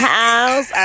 house